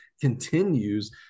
continues